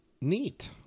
neat